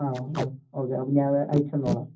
ആ ആ ഓക്കേ അപ്പോള് ഞാനത് അയച്ചുതന്നുകൊള്ളാം